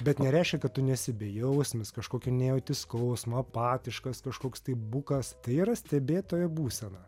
bet nereiškia kad tu nesi bejausmis kažkokio nejauti skausmo apatiškas kažkoks tai bukas tai yra stebėtojo būsena